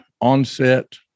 onset